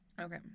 Okay